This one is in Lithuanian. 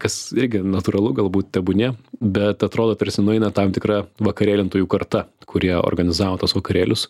kas irgi natūralu galbūt tebūnie bet atrodo tarsi nueina tam tikra vakarėlintojų karta kurie organizavo tuos vakarėlius